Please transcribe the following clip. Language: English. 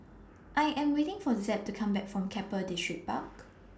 I Am waiting For Zeb to Come Back from Keppel Distripark